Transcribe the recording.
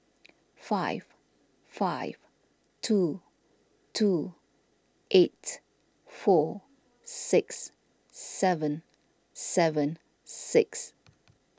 five five two two eight four six seven seven six